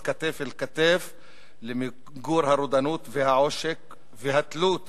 כתף אל כתף למיגור הרודנות והעושק והדלות,